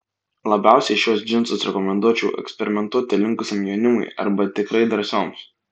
labiausiai šiuos džinsus rekomenduočiau eksperimentuoti linkusiam jaunimui arba tikrai drąsioms